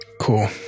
Cool